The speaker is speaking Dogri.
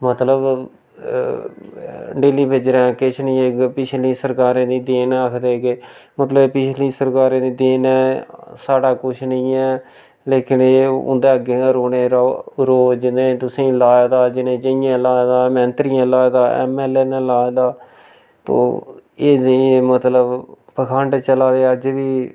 मतलब डेल्ली बेजरें किश निं इक पिछली सरकारें दी देन ऐ आखदे के मतलब पिछली सरकारें दी देन ऐ साढ़ा कुछ निं ऐ लेकन एह् उं'दें अग्गें रोने रोओ जि'नें तुसें गी लाए दा जि'नें जे इएं लाएदा मैंत्रियें लाए दी ऐम्म ऐल्ल ए ने लाए दा तो एह् जेही मतलब पखंड चला दे अज्ज बी